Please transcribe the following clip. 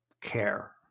care